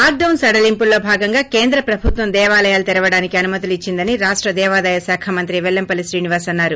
lock down సడలింపుల్లో భాగంగా కేంద్ర ప్రభుత్వం దేవాలయాలు తేవరడానికి అనుమతులు ఇచ్చిందని రాష్ట దేవాదాయశాఖ మంత్రి పెల్లంపల్లి శ్రీనివాస్ అన్నారు